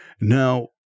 Now